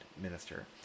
minister